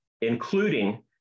including